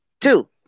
two